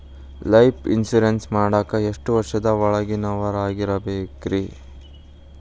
Life insurance ಮಾಡಾಕ ಎಷ್ಟು ವರ್ಷದ ಒಳಗಿನವರಾಗಿರಬೇಕ್ರಿ?